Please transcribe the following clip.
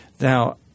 Now